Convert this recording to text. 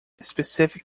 specific